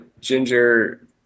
ginger